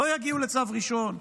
לא יגיעו לצו ראשון,